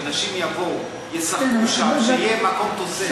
שאנשים יבואו, ישחקו שם, שיהיה מקום תוסס.